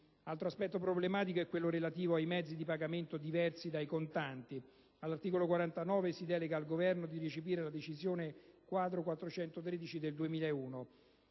Altro aspetto problematico è quello relativo ai mezzi di pagamento diversi dai contanti. All'articolo 49 si delega il Governo a recepire la decisione quadro n. 413 del 2001.